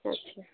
अच्छा